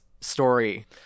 story